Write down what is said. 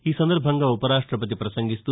ఈ సందర్భంగా ఉపరాష్టపతి పసంగిస్తూ